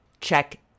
check